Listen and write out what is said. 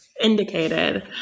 indicated